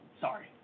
Sorry